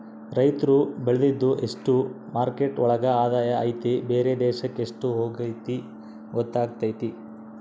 ರೈತ್ರು ಬೆಳ್ದಿದ್ದು ಎಷ್ಟು ಮಾರ್ಕೆಟ್ ಒಳಗ ಆದಾಯ ಐತಿ ಬೇರೆ ದೇಶಕ್ ಎಷ್ಟ್ ಹೋಗುತ್ತೆ ಗೊತ್ತಾತತೆ